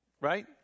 right